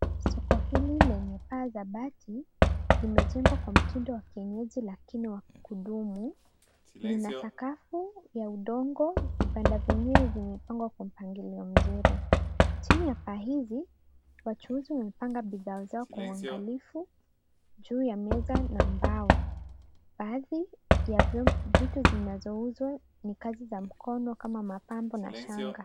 Soko hili lenye paa za bati, limejengwa kwa mtindo wa kienyeji lakini wa kudumu, lina sakafu ya udongo, vibanda vyenyewe vimepangwa kwa mpangilio mzuri. Chini ya paa hizi, wachuuzi wamepanga bidhaa zao kwa uangalifu, juu ya meza na mbao, baadhi ya vitu zinazouzwa ni kazi za mkono kama mapambo na shanga.